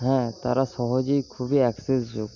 হ্যাঁ তারা সহজেই খুবই অ্যাক্সেস যোগ্য